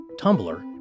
Tumblr